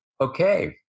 okay